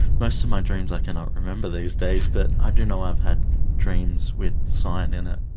most of my dreams i cannot remember these days, but i do know i've had dreams with sign in it.